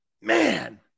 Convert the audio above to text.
Man